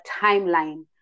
timeline